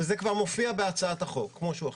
וזה כבר מופיע בהצעת החוק כמו שהיא עכשיו.